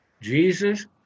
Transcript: Jesus